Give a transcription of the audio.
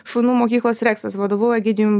šunų mokyklos reksas vadovu egidijum